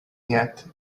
yet